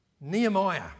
Nehemiah